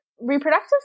reproductive